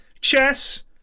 chess